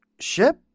Ship